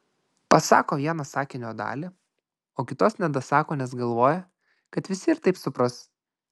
pasako vieną sakinio dalį o kitos nedasako nes galvoja kad visi ir taip supras